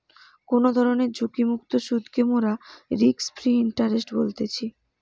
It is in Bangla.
কোনো ধরণের ঝুঁকিমুক্ত সুধকে মোরা রিস্ক ফ্রি ইন্টারেস্ট বলতেছি